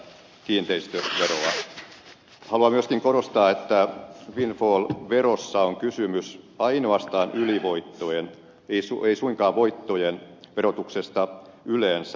haluan myöskin korostaa että windfall verossa on kysymys ainoastaan ylivoittojen verotuksesta ei suinkaan voittojen verotuksesta yleensä